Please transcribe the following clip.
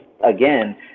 again